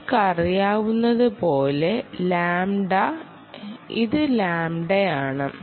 നിങ്ങൾക്കറിയാവുന്നതുപോലെ ഇത് ലാംഡയാണ്